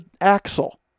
axle